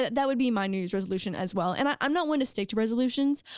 that that would be my news resolution as well and i'm i'm not one to stick to resolutions,